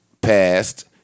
passed